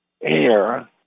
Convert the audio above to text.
air